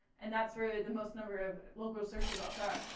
and that's where the most number of local search results are.